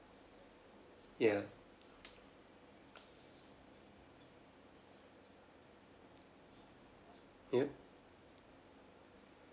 ya yup